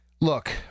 look